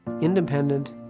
Independent